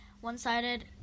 one-sided